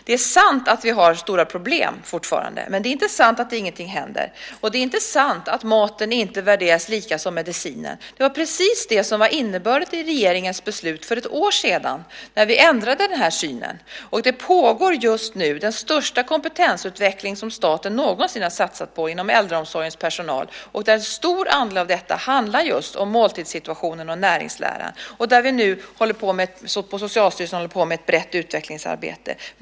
Det är sant att vi har stora problem fortfarande, men det är inte sant att ingenting händer, och det är inte sant att maten inte värderas lika högt som medicinen. Det var precis det som var innebörden av regeringens beslut för ett år sedan då vi ändrade den här synen. Just nu pågår den största kompetensutveckling som staten någonsin har satsat på inom äldreomsorgens personal. En stor andel av detta handlar just om måltidssituationen och näringslära. Socialstyrelsen håller nu på med ett brett utvecklingsarbete.